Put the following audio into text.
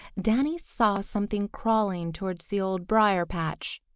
danny saw something crawling towards the old briar-patch.